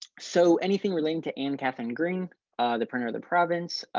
so anything related to anne catherine green the printer of the province,